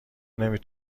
نمی